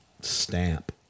stamp